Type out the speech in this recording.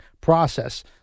process